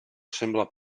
sembla